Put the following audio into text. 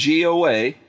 GOA